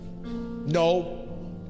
No